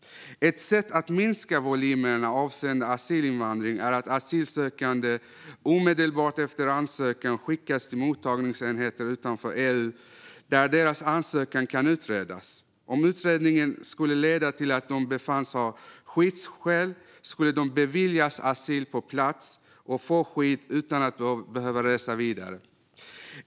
Ett sätt att minska volymerna avseende asylinvandring är att asylsökande omedelbart efter ansökan skickas till mottagningsenheter utanför EU, där deras ansökan kan utredas. Om utredningen skulle leda till att de befinns ha skyddsskäl skulle de beviljas asyl på plats och få skydd utan att behöva resa vidare.